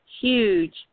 huge